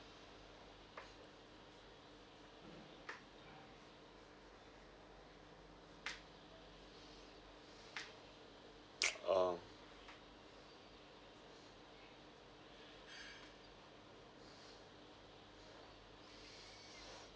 um